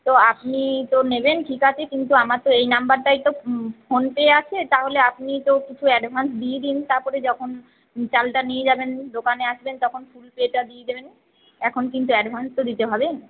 তো আপনি তো নেবেন ঠিক আছে কিন্তু আমার তো এই নাম্বারটায় তো ফোনপে আছে তাহলে আপনি তো কিছু অ্যাডভান্স দিয়ে দিন তারপরে যখন চালটা নিয়ে যাবেন দোকানে আসবেন তখন ফুল পেটা দিয়ে দেবেন এখন কিন্তু অ্যাডভান্স তো দিতে হবে